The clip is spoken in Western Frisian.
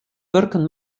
wurken